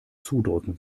zudrücken